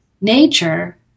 nature